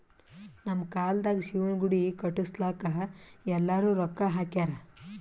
ನಮ್ ಕಾಲ್ದಾಗ ಶಿವನ ಗುಡಿ ಕಟುಸ್ಲಾಕ್ ಎಲ್ಲಾರೂ ರೊಕ್ಕಾ ಹಾಕ್ಯಾರ್